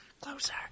Closer